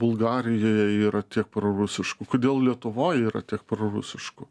bulgarijoje yra tiek prorusiškų kodėl lietuvoj yra tiek prorusiškų